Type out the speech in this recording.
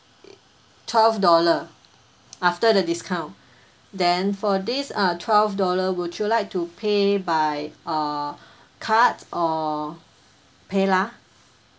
twelve dollar after the discount then for this uh twelve dollar would you like to pay by err card or paylah